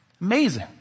Amazing